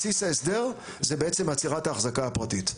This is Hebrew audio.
בסיס ההסדר זה בעצם עצירת ההחזקה הפרטית.